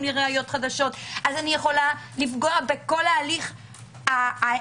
לי ראיות חדשות אני יכולה לפגוע בכל ההליך ההמשכי.